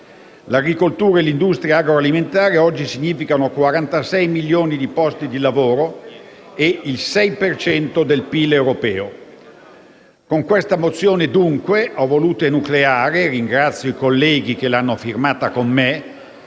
L'agricoltura e l'industria agroalimentare oggi significano 46 milioni di posti di lavoro e il 6 per cento del PIL europeo. Con questa mozione, dunque, ho voluto enucleare in punti specifici - e ringrazio i colleghi che l'hanno firmata con me